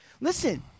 Listen